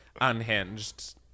unhinged